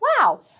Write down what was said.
wow